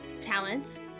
talents